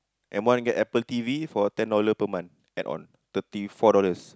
M-one get Apple T_V for ten dollar per month add on thirty four dollars